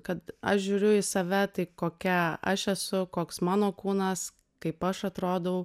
kad aš žiūriu į save tai kokia aš esu koks mano kūnas kaip aš atrodau